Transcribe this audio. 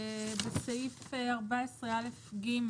"(12)בסעיף 14א(ג),